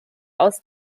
aus